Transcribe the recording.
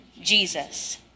Jesus